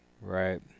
right